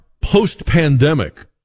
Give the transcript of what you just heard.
post-pandemic